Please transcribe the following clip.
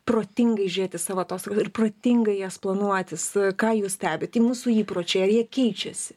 protingai žiūrėt į savo atostogas ir protingai jas planuotis ką jūs stebit tie mūsų įpročiai ar jie keičiasi